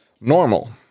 normal